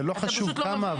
זה לא חשוב כמה.